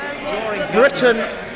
Britain